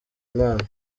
imana